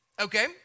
Okay